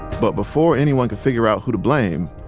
but before anyone could figure out who to blame,